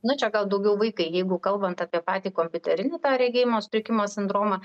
nu čia gal daugiau vaikai jeigu kalbant apie patį kompiuterinį tą regėjimo sutrikimo sindromą